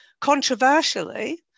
Controversially